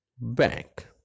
bank